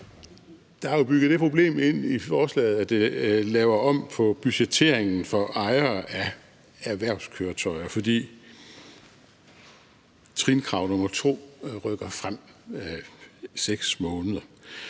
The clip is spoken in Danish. Der er jo bygget det problem ind i forslaget, at det laver om på budgetteringen for ejere af erhvervskøretøjer, fordi trinkrav nr. 2 bliver rykket 6 måneder